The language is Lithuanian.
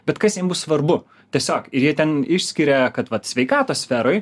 bet kas jiem bus svarbu tiesiog ir jie ten išskiria kad vat sveikatos sferoj